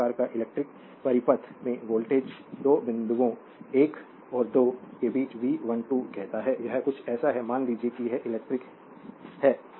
इस प्रकार एक इलेक्ट्रिक परिपथ में वोल्टेज 2 बिंदुओं 1 और 2 के बीच V12 कहता है यह कुछ ऐसा है मान लीजिए कि यह इलेक्ट्रिक है